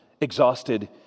Exhausted